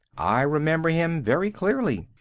i remember him very clearly.